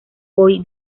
hoy